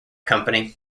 company